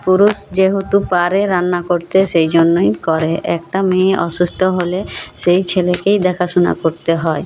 পুরুষ যেহেতু পারে রান্না করতে সেই জন্যই করে একটা মেয়ে অসুস্ত হলে সেই ছেলেকেই দেখাশোনা করতে হয়